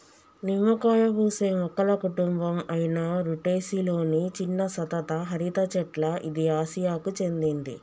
నిమ్మకాయ పూసే మొక్కల కుటుంబం అయిన రుటెసి లొని చిన్న సతత హరిత చెట్ల ఇది ఆసియాకు చెందింది